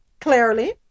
clearly